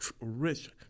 rich